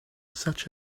such